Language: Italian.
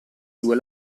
due